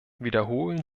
wiederholen